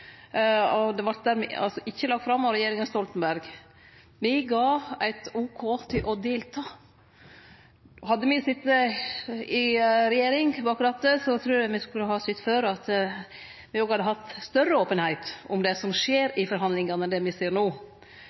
Det var altså ikkje lagt fram av regjeringa Stoltenberg. Me ga eit ok til å delta. Hadde me sete i regjering, bak rattet, trur eg me skulle ha sytt for at me hadde hatt større openheit om det som skjer i forhandlingane, enn det me ser no.